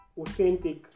authentic